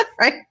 right